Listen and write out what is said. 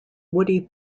woody